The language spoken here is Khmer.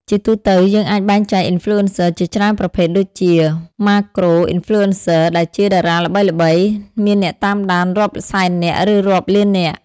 ជាទូទៅ យើងអាចបែងចែក Influencer ជាច្រើនប្រភេទ ដូចជា Macro-Influencers ដែលជាតារាល្បីៗមានអ្នកតាមដានរាប់សែននាក់ ឬរាប់លាននាក់។